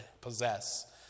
possess